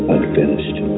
Unfinished